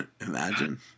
Imagine